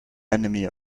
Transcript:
enemy